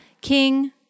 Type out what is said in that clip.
king